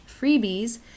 freebies